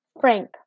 Frank